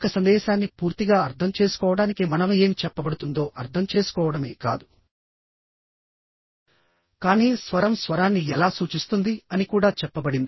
ఒక సందేశాన్ని పూర్తిగా అర్థం చేసుకోవడానికి మనం ఏమి చెప్పబడుతుందో అర్థం చేసుకోవడమే కాదు కానీ స్వరం స్వరాన్ని ఎలా సూచిస్తుంది అని కూడా చెప్పబడింది